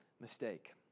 mistake